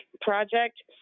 project